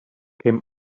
came